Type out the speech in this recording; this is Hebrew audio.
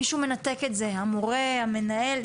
מישהו מנתק את זה - המורה או המנהל.